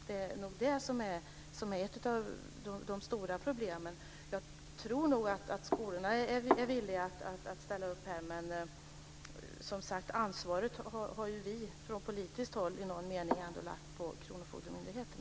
Det är nog det som är ett av de stora problemen. Jag tror nog att skolorna är villiga att ställa upp här. Men, som sagt, ansvaret har vi från politiskt håll i någon mening ändå lagt på kronofogdemyndigheterna.